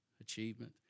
achievement